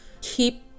keep